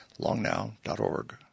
longnow.org